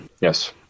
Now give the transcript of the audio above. Yes